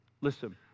Listen